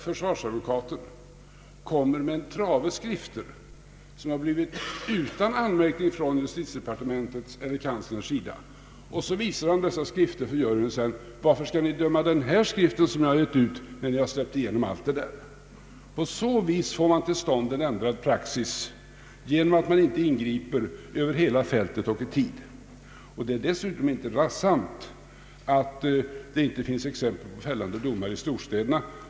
Försvarsadvokaten samlar en trave skrifter som har gått fria från anmärkning från justitiedepartementets eller justitiekanslerns sida. Så visar han dessa skrifter för juryn och säger: ”Varför skall ni döma den skrift som har föranlett åtal, när ni har släppt igenom alla de andra?” Man får på så sätt till stånd en ändrad praxis: genom att samhället inte ingriper över hela fältet och i tid. Det är dessutom inte sant att det inte finns exempel på fällande domar i storstäderna.